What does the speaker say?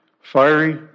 Fiery